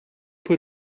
put